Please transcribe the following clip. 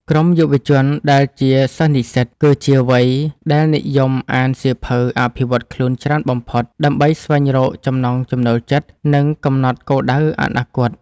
ក្រុមយុវជនដែលជាសិស្សនិស្សិត គឺជាវ័យដែលនិយមអានសៀវភៅអភិវឌ្ឍខ្លួនច្រើនបំផុត ដើម្បីស្វែងរកចំណង់ចំណូលចិត្ត និងកំណត់គោលដៅអនាគត។